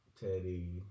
Teddy